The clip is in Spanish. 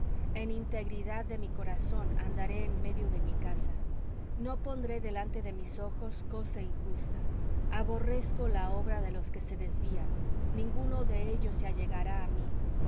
en integridad de mi corazón andaré en medio de mi casa no pondré delante de mis ojos cosa injusta aborrezco la obra de los que se desvían ninguno de ellos se allegará á mí